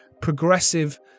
progressive